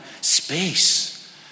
space